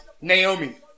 Naomi